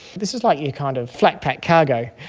this is like your kind of flat-pack cargo,